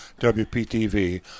WPTV